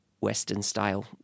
Western-style